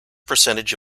percentage